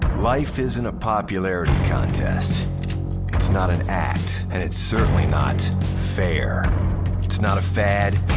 life isn't a popularity contest it's not an act and it's certainly not fair it's not a fad.